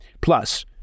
Plus